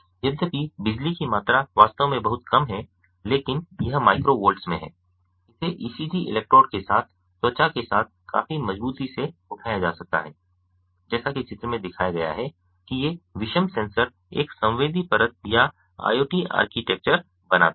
यद्यपि बिजली की मात्रा वास्तव में बहुत कम है लेकिन यह माइक्रोवोल्ट्स में है इसे ईसीजी इलेक्ट्रोड के साथ त्वचा के साथ काफी मज़बूती से उठाया जा सकता है जैसा कि चित्र में दिखाया गया है कि ये विषम सेंसर एक संवेदी परत या IoT आर्किटेक्चर बनाते हैं